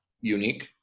unique